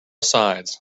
sides